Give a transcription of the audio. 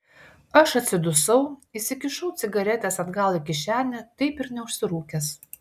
aš atsidusau įsikišau cigaretes atgal į kišenę taip ir neužsirūkęs